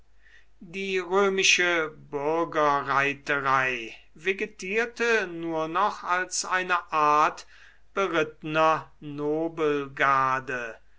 die römische bürgerreiterei vegetierte nur noch als eine art berittener